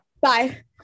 Bye